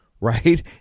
right